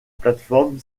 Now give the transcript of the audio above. plateforme